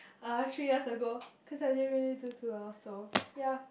uh three years ago cause I didn't really do too well so ya